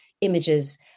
images